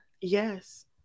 Yes